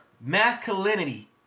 masculinity